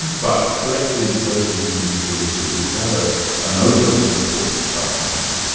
but collective versus individualistic, is that ah an over-simple dichotomy?